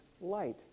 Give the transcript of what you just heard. light